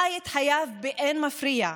חי את חייו באין מפריע,